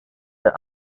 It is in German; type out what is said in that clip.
der